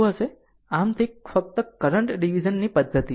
આમ તે ફક્ત કરંટ ડીવીઝનની પદ્ધતિ છે